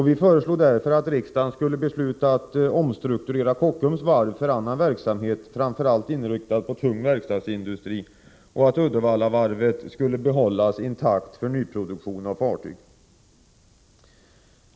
Vi föreslog därför att riksdagen skulle besluta att omstrukturera Kockums varv för annan verksamhet, framför allt inriktad på tung verkstadsindustri, och att Uddevallavarvet skulle behållas intakt för nyproduktion av fartyg.